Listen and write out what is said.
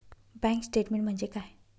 Bank statement म्हणजे काय?